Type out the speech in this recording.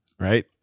right